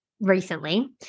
Recently